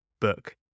book